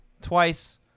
twice